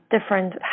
different